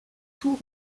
tour